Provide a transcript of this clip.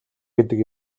гэдэг